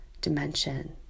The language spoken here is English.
dimension